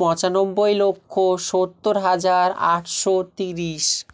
পঁচানব্বই লক্ষ সত্তর হাজার আটশো তিরিশ